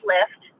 Lift